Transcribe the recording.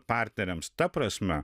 partneriams ta prasme